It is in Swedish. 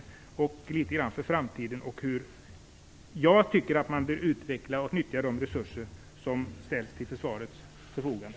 Litet grand har jag också talat om vad som gäller för framtiden och om hur jag tycker att man bör utveckla och utnyttja de resurser som ställs till försvarets förfogande.